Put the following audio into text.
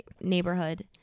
neighborhood